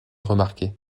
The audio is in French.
remarquée